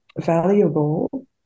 valuable